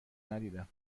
ندیدم